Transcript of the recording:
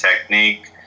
technique